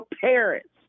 parents